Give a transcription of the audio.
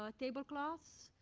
ah table cloths.